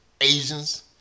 Asians